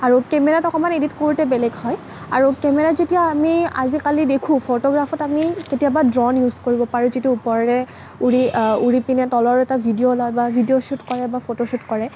আৰু কেমেৰাত অকণমান এডিট কৰোঁতে বেলেগ হয় আৰু কেমেৰাত যেতিয়া আমি আজিকালি দেখোঁ ফটোগ্ৰাফত আমি কেতিয়াবা দ্ৰোণ ইউজ কৰিব পাৰোঁ যিটো ওপৰলৈ উৰি উৰি পিনে তলৰ এটা ভিডিঅ' লয় বা ভিডিঅ' ছ্যুত কৰে বা ফটো ছ্যুত কৰে